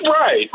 Right